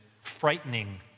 frightening